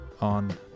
on